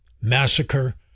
massacre